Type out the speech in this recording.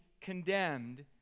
condemned